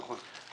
נכון.